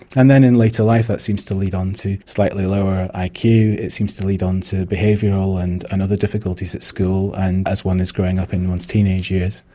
and then in later life that seems to lead on to slightly lower like iq, it seems to lead on to behavioural and and other difficulties at school and as one is growing up in one's teenage years.